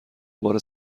بار